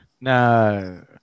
No